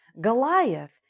Goliath